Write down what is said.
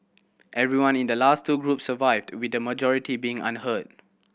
everyone in the last two groups survived with a majority being unhurt